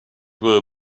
will